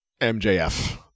MJF